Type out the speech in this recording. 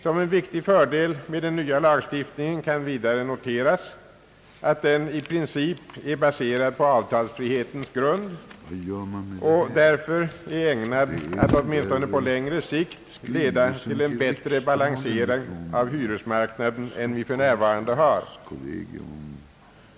Som en viktig fördel med den nya lagstiftningen kan vidare noteras att den i princip är baserad på avtalsfrihetens grund och därför ägnad att åtminstone på längre sikt leda till en bättre balansering av hyresmarknaden än vi för närvarande har.